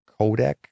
codec